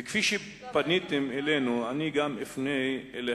וכפי שפניתם אלינו, אני גם אפנה אליכם.